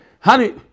honey